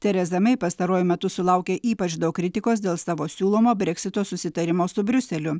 tereza mei pastaruoju metu sulaukė ypač daug kritikos dėl savo siūlomo breksito susitarimo su briuseliu